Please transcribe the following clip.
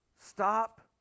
Stop